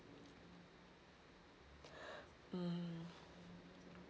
mm